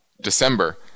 December